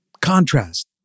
Contrast